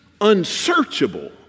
unsearchable